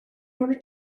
order